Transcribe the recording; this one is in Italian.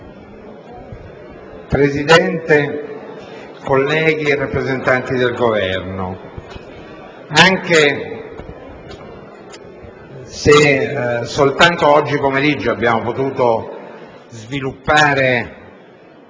Presidente, colleghi e rappresentanti del Governo, soltanto oggi pomeriggio abbiamo potuto sviluppare